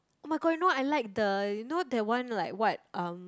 oh-my-god you know I like the you know that one like what um